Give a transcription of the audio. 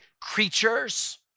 creatures